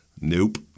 Nope